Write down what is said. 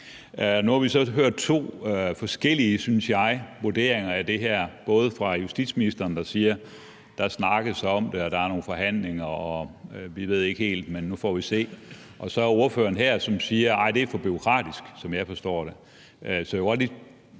Nu har vi så hørt to forskellige, synes jeg, vurderinger af det her – både fra justitsministeren, der siger, at der snakkes om det, at der er nogle forhandlinger, og at man ikke helt ved, men at nu får vi se, og så fra ordføreren her, som siger, at det er for bureaukratisk, sådan som jeg forstår det.